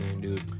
dude